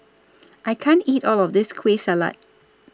I can't eat All of This Kueh Salat